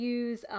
use